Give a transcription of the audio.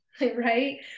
right